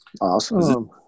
awesome